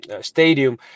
stadium